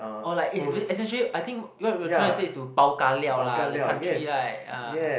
or like is is actually I think what you're trying to say is to Bao Ka Liao lah like country right ah